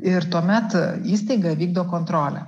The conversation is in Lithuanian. ir tuomet įstaiga vykdo kontrolę